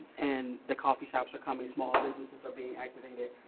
and the coffee shops are coming. small businesses are being activated.